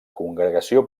congregació